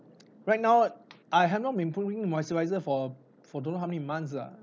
right now i haven't been putting moisturizer for for don't know how many months lah